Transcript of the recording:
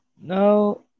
No